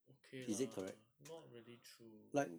okay lah not really true